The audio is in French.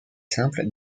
simples